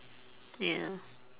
ya